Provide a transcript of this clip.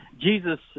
Jesus